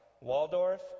Waldorf